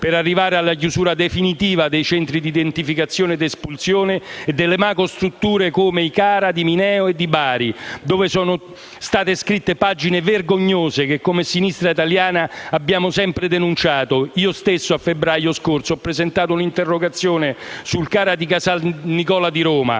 per arrivare alla chiusura definitiva dei centri di identificazione ed espulsione e delle macro-strutture come i CARA di Mineo e di Bari, dove sono state scritte pagine vergognose che - come Sinistra Italiana-SEL - abbiamo sempre denunciato. Io stesso a febbraio scorso ho presentato un'interrogazione sul CARA di Casale San Nicola a Roma.